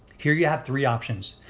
here you have three options.